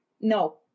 No